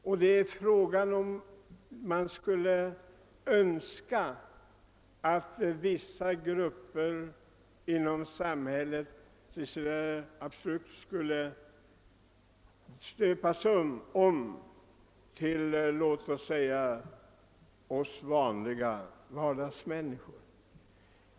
Frågan är också om det är önskvärt att alla grupper i samhället stöpes om till att bli likadana som låt oss säga vi vanlics vardagsmänniskor är.